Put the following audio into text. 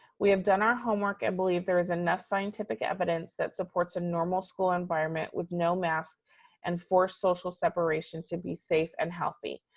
we have done our homework and believe there is enough scientific evidence that supports a normal school environment with no masks and forced social separation to be safe and healthy.